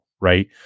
right